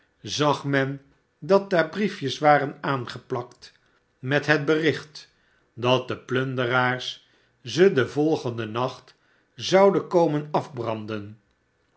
zag men dat daar briefjes waren aangeplakt met het bericht dat de plunderaars ze den volgenden nacht zouden komen afbranden